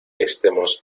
estemos